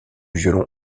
violon